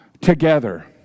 together